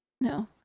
no